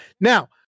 Now